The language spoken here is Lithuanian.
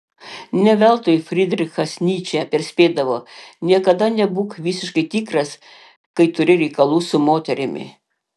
ne veltui frydrichas nyčė perspėdavo niekada nebūk visiškai tikras kai turi reikalų su moterimi